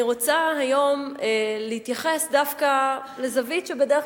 אני רוצה היום להתייחס דווקא לזווית שבדרך